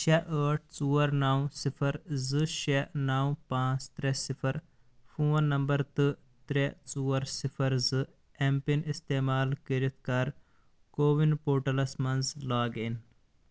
شےٚ ٲٹھ ژور نَو صِفر زٕ شےٚ نَو پانٛژھ ترٛےٚ صِفر فون نمبر تہٕ ترٛےٚ ژور صِفر زٕ ایم پِن اِستعمال کٔرِتھ کَر کووِن پورٹلس مَنٛز لاگ اِن